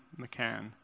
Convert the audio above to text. McCann